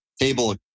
table